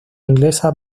inglesa